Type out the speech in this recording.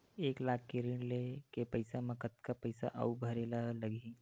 एक लाख के ऋण के पईसा म कतका पईसा आऊ भरे ला लगही?